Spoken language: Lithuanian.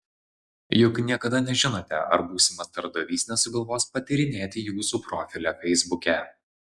juk niekada nežinote ar būsimas darbdavys nesugalvos patyrinėti jūsų profilio feisbuke